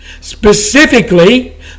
Specifically